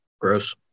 Gross